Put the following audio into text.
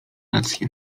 rację